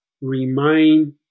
remain